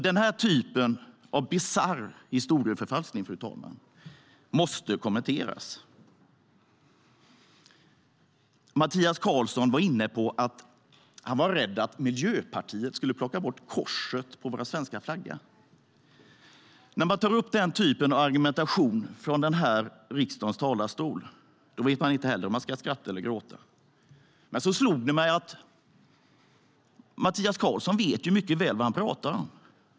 Den här typen av bisarr historieförfalskning, fru talman, måste kommenteras. Mattias Karlsson var inne på att han var rädd att Miljöpartiet skulle plocka bort korset från vår svenska flagga. När man tar upp den typen av argumentation från riksdagens talarstol vet jag inte heller om jag ska skratta eller gråta. Men så slog det mig att Mattias Karlsson mycket väl vet vad han pratar om.